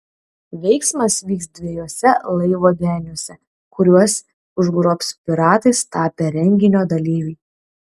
veiksmas vyks dviejuose laivo deniuose kuriuos užgrobs piratais tapę renginio dalyviai